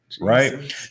right